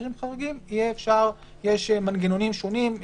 יש מנגנונים שונים,